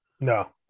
No